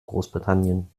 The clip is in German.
großbritannien